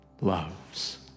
loves